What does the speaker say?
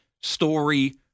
Story